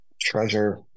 Treasure